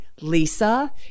Lisa